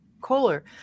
kohler